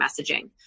messaging